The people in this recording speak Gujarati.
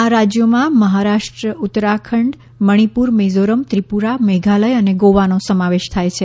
આ રાજ્યોમાં મહારાષ્ટ્ર ઉત્તરાખંડ મણિપુર મિઝોરમ ત્રિપુરા મેઘાલય અને ગોવાનો સમાવેશ થાય છે